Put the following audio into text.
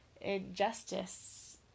injustice